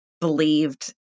believed